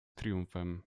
triumfem